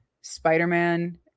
Spider-Man